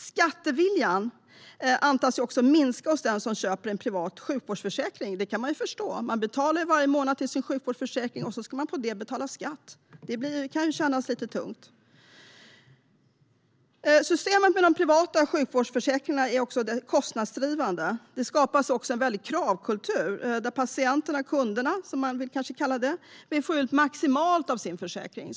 Skatteviljan antas minska hos den som köper en privat sjukvårdsförsäkring, och det kan man förstå. Man betalar varje månad för sin sjukvårdsförsäkring och dessutom ska man betala skatt. Det kan ju kännas lite tungt. Systemet med privata sjukvårdsförsäkringar är också väldigt kostnadsdrivande. Det skapas också en kravkultur där patienterna eller kunderna vill få ut maximalt av sin försäkring.